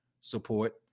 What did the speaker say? support